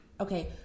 okay